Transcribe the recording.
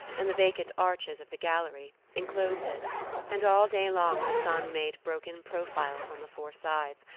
and the vacant, arches of the gallery, enclosed it and all day long the sun made broken profiles on the four sides,